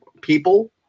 people